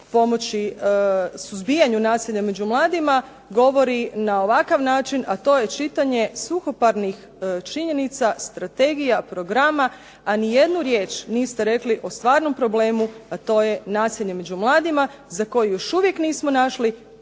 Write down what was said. pomoći suzbijanju nasilja među mladima govori na ovakav način, a to je čitanje suhoparnih činjenica, strategija, programa, a ni jednu riječ niste rekli o stvarnom problemu, a to je nasilje među mladima za koji još uvijek nismo našli